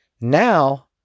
now